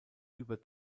über